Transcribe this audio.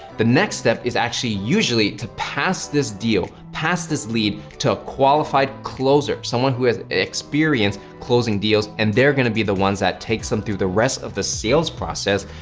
the next step is actually usually to pass this deal, pass this lead to a qualified closer someone who has experience closing deals. and they're gonna be the ones that take some through the rest of the sales process,